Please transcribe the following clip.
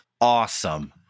awesome